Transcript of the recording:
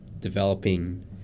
developing